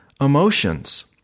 emotions